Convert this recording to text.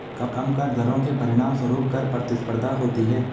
कम कर दरों के परिणामस्वरूप कर प्रतिस्पर्धा होती है